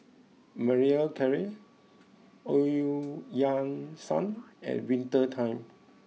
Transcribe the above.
Marie Claire O Eu Yan Sang and Winter Time